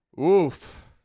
Oof